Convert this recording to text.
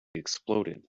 exploded